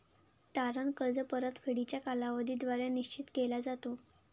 तारण कर्ज परतफेडीचा कालावधी द्वारे निश्चित केला जातो